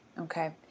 Okay